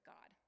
God